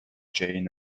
jane